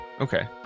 Okay